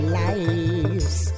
lives